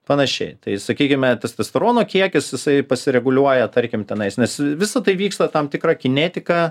panašiai tai sakykime testosterono kiekis jisai pasireguliuoja tarkim tenais nes visa tai vyksta tam tikra kinetika